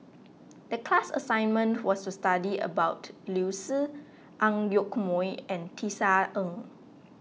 the class assignment was to study about Liu Si Ang Yoke Mooi and Tisa Ng